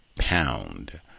pound